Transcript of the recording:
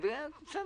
תבדקו.